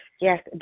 Yes